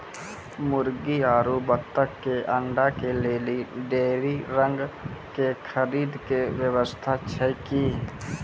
मुर्गी आरु बत्तक के अंडा के लेली डेयरी रंग के खरीद के व्यवस्था छै कि?